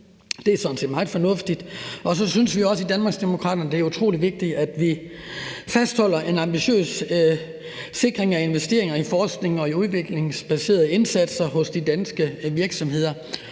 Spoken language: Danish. Det er sådan set meget fornuftigt. Så synes vi også i Danmarksdemokraterne, at det er utrolig vigtigt, at vi fastholder en ambitiøs sikring af investeringer i forskning og udviklingsbaserede indsatser hos de danske virksomheder.